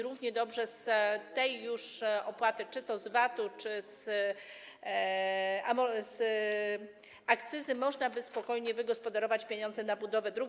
Równie dobrze już z tej opłaty, czy to z VAT-u, czy z akcyzy, można by spokojnie wygospodarować pieniądze na budowę dróg.